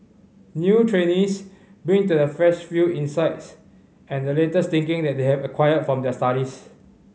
new trainees bring to the fresh field insights and the latest thinking they have acquired from their studies